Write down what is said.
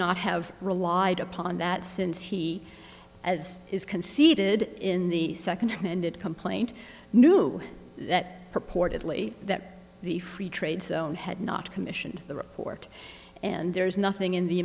have relied upon that since he as is conceded in the second ended complaint knew that purportedly that the free trade zone had not commissioned the report and there's nothing in the